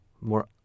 more